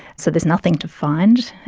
so there's nothing to find.